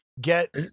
get